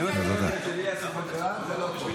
אם אתה לא יודע מי זה יאסר חוג'יראת, זה לא טוב.